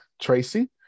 Tracy